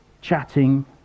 chatting